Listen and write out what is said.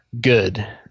good